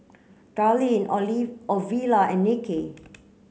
Darlene Ovila and Nicky